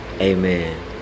amen